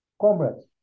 comrades